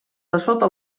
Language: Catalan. dessota